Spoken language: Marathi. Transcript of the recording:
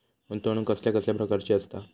गुंतवणूक कसल्या कसल्या प्रकाराची असता?